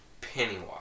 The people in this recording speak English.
Pennywise